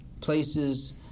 places